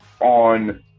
on